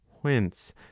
whence